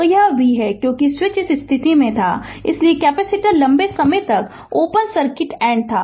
तो यह v है क्योंकि स्विच इस स्थिति में था इसलिए कैपेसिटर लंबे समय तक ओपन सर्किट एड था